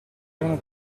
erano